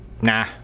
nah